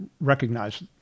recognize